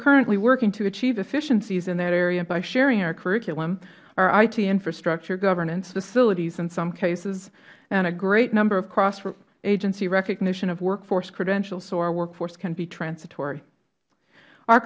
currently working to achieve efficiencies in that area by sharing our curriculum our it infrastructure governance facilities in some cases and a great number of cross agency recognition of workforce credentials so our workforce can be transitory